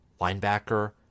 linebacker